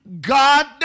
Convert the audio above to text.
God